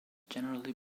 generally